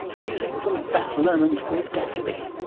music from baz luhrmann's great gatsby.